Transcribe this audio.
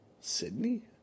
Sydney